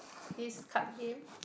this card game